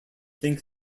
think